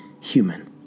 human